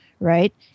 right